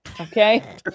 Okay